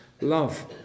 love